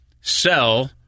sell